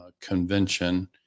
convention